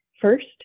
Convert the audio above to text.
first